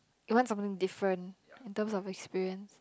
you want something different in terms of experience